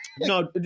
No